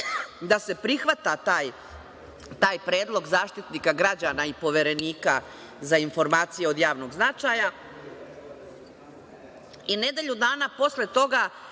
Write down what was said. da se prihvata taj predlog Zaštitnika građana i Poverenika za informacije od javnog značaja i nedelju dana posle toga